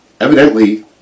evidently